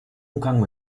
umgang